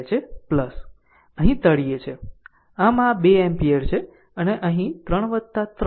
અહીં તળિયે છે આમ આ 2 એમ્પીયર છે અને અહીં આ 3 3 6 Ω છે